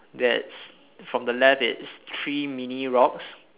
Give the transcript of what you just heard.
there's from the left it's three mini rocks